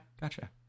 gotcha